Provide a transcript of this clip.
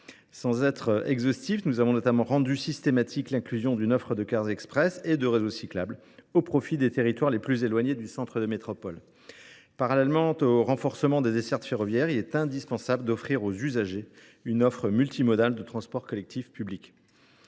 Sans être exhaustifs, nous avons notamment rendu systématique l’inclusion d’une offre de cars express et de réseaux cyclables au profit des territoires les plus éloignés du centre des métropoles. Parallèlement au renforcement des dessertes ferroviaires, il est indispensable d’offrir aux usagers une offre multimodale de transports collectifs publics.